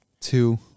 two